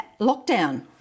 lockdown